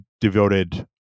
devoted